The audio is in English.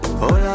hola